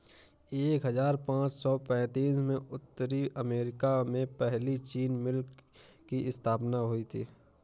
एक हजार पाँच सौ पैतीस में उत्तरी अमेरिकी में पहली चीनी मिल की स्थापना हुई